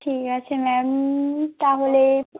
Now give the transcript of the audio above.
ঠিক আছে ম্যাম তাহলে